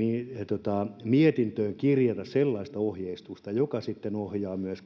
myös mietintöön kirjata sellaista ohjeistusta joka sitten ohjaa myös